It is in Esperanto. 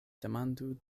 demandu